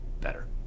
better